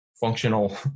functional